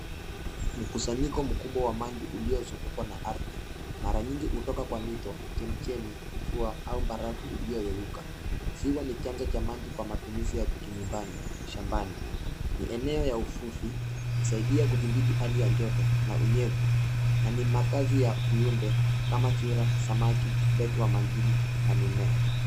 Mkusanyiko mkubwa wa maji uliozungukwa na ardhi, mara nyingi hutoka kwa mito, chemichemi, mvua au barafu iliyoyeyuka. Ziwa ni chanzo cha maji kwa matumizi ya kinyumbani, shambani. Ni eneo ya uvuvi, husaidia kudhibiti hali ya joto na unyevu na ni makazi ya viumbe kama vyura, samaki, ndege wa majini na mimea.